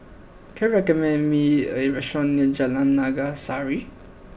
can you recommend me a restaurant near Jalan Naga Sari